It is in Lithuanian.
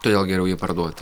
todėl geriau jį parduot